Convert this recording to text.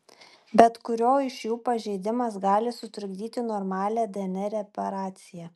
bet kurio iš jų pažeidimas gali sutrikdyti normalią dnr reparaciją